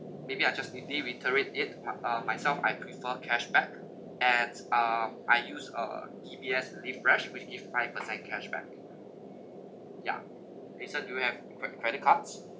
maybe I just reiterate it my uh myself I would prefer cash back and um I use uh D_B_S live fresh which give five percent cash back yeah winston do you have cre~ credit cards